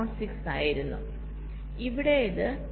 06 ആയിരുന്നു ഇവിടെ അത് 0